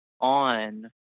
on